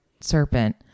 serpent